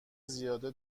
زیاده